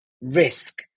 risk